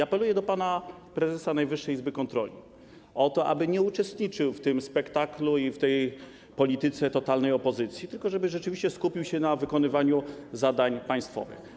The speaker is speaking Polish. Apeluję do pana prezesa Najwyższej Izby Kontroli o to, aby nie uczestniczył w tym spektaklu i w polityce totalnej opozycji, tylko żeby rzeczywiście skupił się na wykonywaniu zadań państwowych.